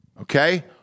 Okay